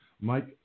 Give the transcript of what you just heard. Mike